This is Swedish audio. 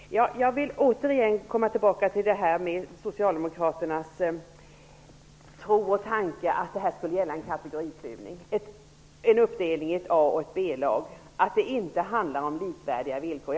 Herr talman! Jag vill återigen komma tillbaka till socialdemokraternas tro och tanke att det här skulle gälla en kategoriklyvning, en uppdelning i ett A och ett B-lag, att det inte handlar om likvärdiga villkor.